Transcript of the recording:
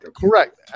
correct